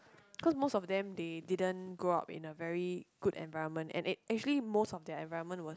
cause most of them they didn't grow up in a very good environment and it actually most of their environment was